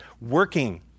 working